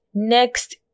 next